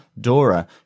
Dora